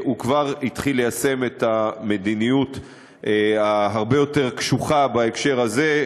הוא כבר התחיל ליישם מדיניות הרבה יותר קשוחה בהקשר הזה.